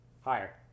Higher